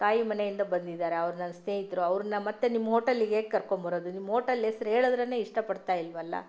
ತಾಯಿ ಮನೆಯಿಂದ ಬಂದಿದ್ದಾರೆ ಅವ್ರು ನನ್ನ ಸ್ನೇಹಿತರು ಅವ್ರನ್ನ ಮತ್ತೆ ನಿಮ್ಮ ಓಟಲ್ಲಿಗೆ ಹೇಗೆ ಕರ್ಕೊಂಬರೋದು ನಿಮ್ಮ ಓಟಲ್ ಹೆಸ್ರ್ ಹೇಳದ್ರನೆ ಇಷ್ಟಪಡ್ತ ಇಲ್ವಲ್ಲ